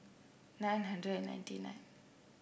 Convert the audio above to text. nine hundred ninety nine